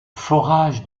forage